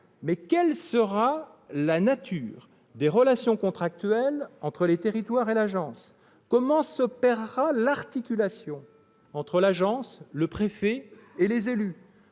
mais quelle sera la nature des relations contractuelles entre les territoires et l'agence ? Comment s'opérera l'articulation entre celle-ci, le préfet et les élus ?